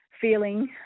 feeling